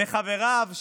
וחבריו,